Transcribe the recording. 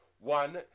One